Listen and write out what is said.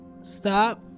Stop